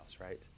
right